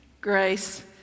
Grace